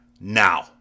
now